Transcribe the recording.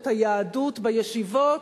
את היהדות בישיבות,